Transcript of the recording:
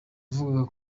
yavugaga